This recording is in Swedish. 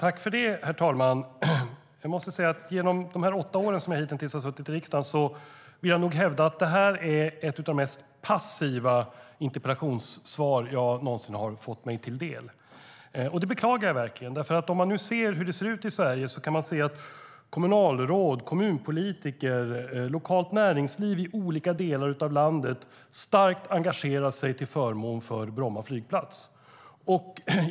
Herr talman! Jag vill nog hävda att det här är ett av de mest passiva interpellationssvar jag någonsin har fått mig till del under de åtta år som jag hitintills har suttit i riksdagen. Det beklagar jag verkligen. Om man tittar på hur det nu ser ut i Sverige finner man att kommunalråd, kommunpolitiker och lokalt näringsliv i olika delar av landet starkt engagerar sig till förmån för Bromma flygplats.